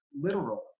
literal